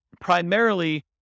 primarily